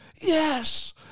yes